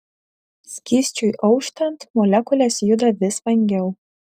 skysčiui auštant molekulės juda vis vangiau